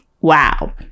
Wow